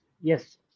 Yes